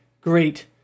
great